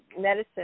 medicine